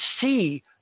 see